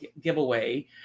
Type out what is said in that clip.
giveaway